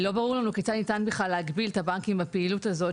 לא ברור לנו כיצד ניתן בכלל להגביל את הבנקים בפעילות הזו,